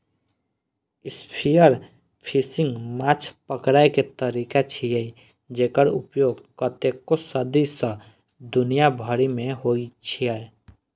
spearfishing माछ पकड़ै के तरीका छियै, जेकर उपयोग कतेको सदी सं दुनिया भरि मे होइ छै